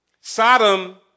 Sodom